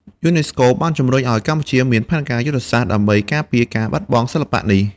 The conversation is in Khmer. យូណេស្កូបានជំរុញឱ្យកម្ពុជាមាន ផែនការយុទ្ធសាស្ត្រ ដើម្បីការពារការបាត់បង់សិល្បៈនេះ។